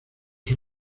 sus